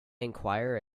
enquire